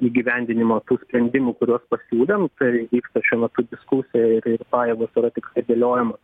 įgyvendinimo tų sprendimų kuriuos pasiūlėm tai vyksta šiuo metu diskusija ir ir pajėgos yra tikrai dėliojamos